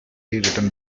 written